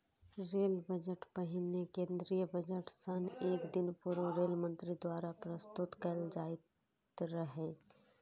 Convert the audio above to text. rail budget पहिने केंद्रीय budget सं एक दिन पूर्व रेल मंत्री द्वारा प्रस्तुत कैल जाइत रहै